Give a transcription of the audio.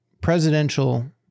presidential